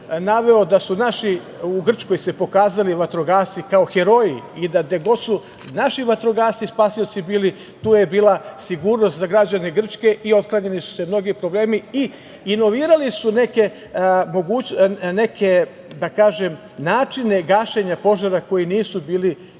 naši vatrogasci u Grčkoj pokazali kao heroji i gde god su naši vatrogasci spasioci bili, tu je bila sigurnost za građane Grčke i otklanjali su se mnogi problemi i inovirali su neke načine gašenja požara koji nisu bili…